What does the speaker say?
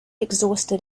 exhausted